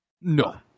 no